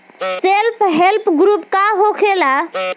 Self help group का होखेला?